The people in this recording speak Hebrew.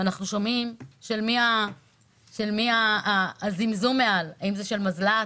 אנחנו שומעים של מי הזמזום מעל האם זה של מזל"ט,